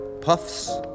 puffs